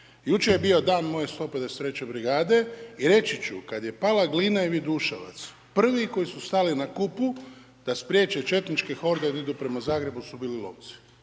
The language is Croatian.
Jučer je bio dan moje 153. brigade i reći ću kada je pala Glina i Viduševac, prvi koji su stali na Kupu da spriječe četničke horde da idu prema Zagrebu su to bili lovci.